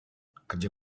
kerja